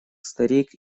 старик